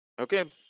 Okay